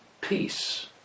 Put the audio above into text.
peace